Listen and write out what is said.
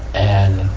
and,